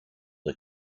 the